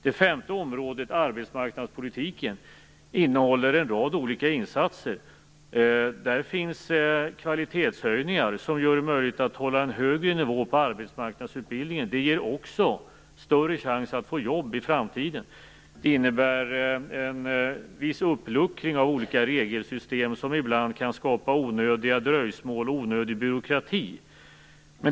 Det femte området, arbetsmarknadspolitiken, innehåller en rad olika insatser. Där finns kvalitetshöjningar som gör det möjligt att hålla en högre nivå på arbetsmarknadsutbildningen. Det ger också större chans att få jobb i framtiden. Det innebär en viss uppluckring av olika regelsystem som ibland kan skapa onödiga dröjsmål och onödig byråkrati.